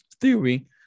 theory